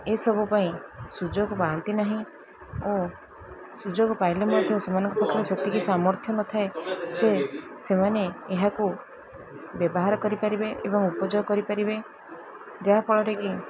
ଏସବୁ ପାଇଁ ସୁଯୋଗ ପାଆନ୍ତି ନାହିଁ ଓ ସୁଯୋଗ ପାଇଲେ ମଧ୍ୟ ସେମାନଙ୍କ ପାଖରେ ସେତିକି ସାମର୍ଥ୍ୟ ନଥାଏ ଯେ ସେମାନେ ଏହାକୁ ବ୍ୟବହାର କରିପାରିବେ ଏବଂ ଉପଯୋଗ କରିପାରିବେ ଯାହାଫଳରେ କି